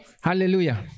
Hallelujah